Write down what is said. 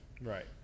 Right